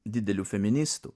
dideliu feministu